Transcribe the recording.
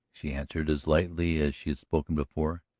she answered as lightly as she had spoken before.